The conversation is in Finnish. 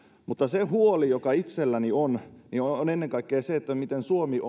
mutta se huoli joka itselläni on on ennen kaikkea se miten suomi